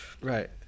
right